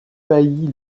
faillit